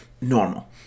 normal